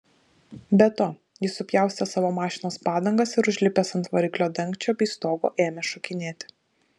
be to jis supjaustė savo mašinos padangas ir užlipęs ant variklio dangčio bei stogo ėmė šokinėti